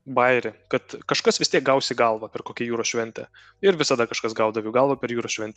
bajerį kad kažkas vis tiek gaus į galvą per kokią jūros šventę ir visada kažkas gaudavo į galvą per jūros šventę